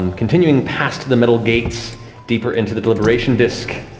um continuing past the metal gates deeper into the deliberation disc,